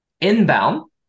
inbound